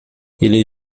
ele